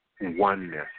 oneness